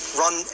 run